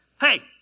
Hey